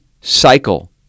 cycle